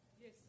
Yes